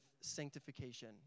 sanctification